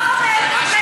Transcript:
לא, לא,